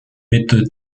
méthode